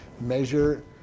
measure